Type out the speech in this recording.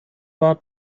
war